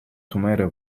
tomato